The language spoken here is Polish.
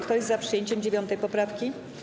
Kto jest za przyjęciem 9. poprawki?